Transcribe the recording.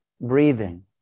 Breathing